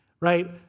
right